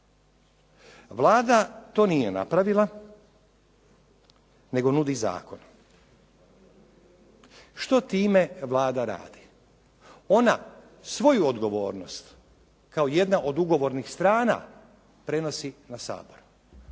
Vlada to nije napravila, nego nudi zakon. Što time Vlada radi? Ona svoju odgovornost kao jedna od ugovornih strana prenosi na Sabor,